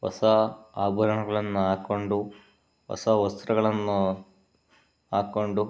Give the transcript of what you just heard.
ಹೊಸ ಆಭರಣಗಳನ್ನ ಹಾಕ್ಕೊಂಡು ಹೊಸ ವಸ್ತ್ರಗಳನ್ನು ಹಾಕ್ಕೊಂಡು